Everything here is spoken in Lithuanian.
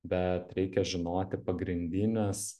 bet reikia žinoti pagrindines